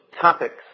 topics